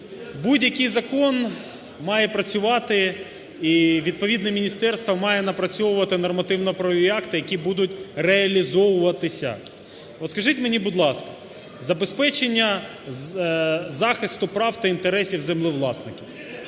будь-який закон має працювати і відповідне міністерство має напрацьовувати нормативно-правові акти, які будуть реалізовуватися. От скажіть мені, будь ласка, забезпечення захисту прав та інтересів землевласників